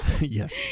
Yes